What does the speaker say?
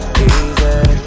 easy